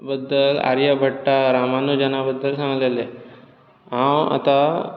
बद्दल आर्यभट्टा रामानुजन बद्दल सांगलेले हांव आता